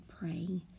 praying